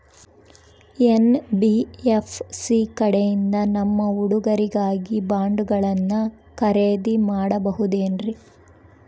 NBFC ಕಡೆಯಿಂದ ನಮ್ಮ ಹುಡುಗರಿಗಾಗಿ ಬಾಂಡುಗಳನ್ನ ಖರೇದಿ ಮಾಡಬಹುದೇನ್ರಿ?